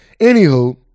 Anywho